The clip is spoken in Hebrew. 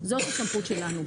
זאת הסמכות שלנו.